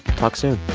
talk soon